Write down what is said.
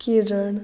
किरण